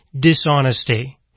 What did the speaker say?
dishonesty